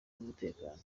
n’umutekano